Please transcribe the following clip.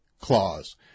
clause